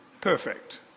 perfect